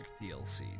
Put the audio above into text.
DLC